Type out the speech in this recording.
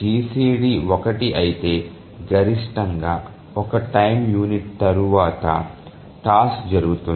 GCD ఒకటి అయితే గరిష్టంగా ఒక టైమ్ యూనిట్ తరువాత టాస్క్ జరుగుతుంది